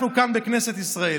אנחנו כאן, בכנסת ישראל,